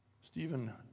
Stephen